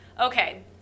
okay